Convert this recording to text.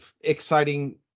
exciting